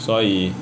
所以